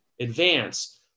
advance